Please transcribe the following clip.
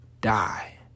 die